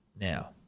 Now